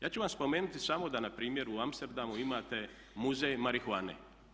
Ja ću vam spomenuti samo, da na primjer u Amsterdamu imate muzej marihuane.